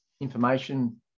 information